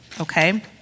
Okay